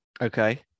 Okay